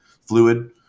fluid